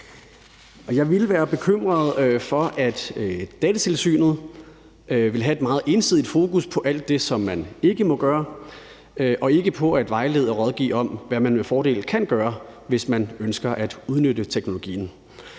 Jeg ville være også bekymret for, at Datatilsynet ville have et meget ensidigt fokus på alt det, som man ikke må gøre, og ikke på at vejlede og rådgive om, hvad man med fordel kan gøre, hvis man ønsker at udnytte teknologien.